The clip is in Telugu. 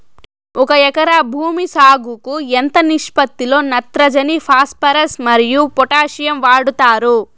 ఒక ఎకరా భూమి సాగుకు ఎంత నిష్పత్తి లో నత్రజని ఫాస్పరస్ మరియు పొటాషియం వాడుతారు